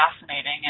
fascinating